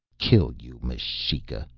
kill you, m'shika!